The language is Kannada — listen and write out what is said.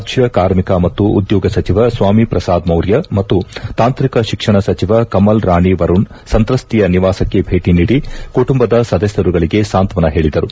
ರಾಜ್ಞ ಕಾರ್ಮಿಕ ಮತ್ತು ಉದ್ಯೋಗ ಸಚಿವ ಸ್ನಾಮಿ ಪ್ರಸಾದ್ ಮೌರ್ಯ ಮತ್ತು ತಾಂತ್ರಿಕ ಶಿಕ್ಷಣ ಸಚಿವ ಕಮಲ್ ರಾಣಿ ವರುಣ್ ಸಂತ್ರಸ್ಥೆಯ ನಿವಾಸಕ್ಕೆ ಭೇಟಿ ನೀಡಿ ಕುಟುಂಬದ ಸದಸ್ನರುಗಳಿಗೆ ಸಾಂತ್ವನ ಹೇಳಿದರು